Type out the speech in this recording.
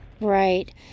Right